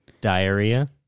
Diarrhea